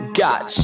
got